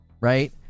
Right